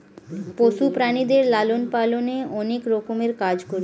পশু প্রাণীদের লালন পালনে অনেক রকমের কাজ করে